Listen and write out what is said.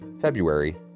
February